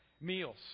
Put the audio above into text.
Meals